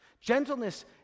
Gentleness